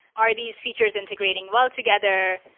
are these features integrating well together?